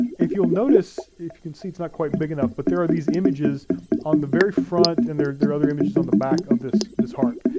if you'll notice, if you can see, it's not quite big enough, but there are these images on the very front and there are other images on the back of this this harp.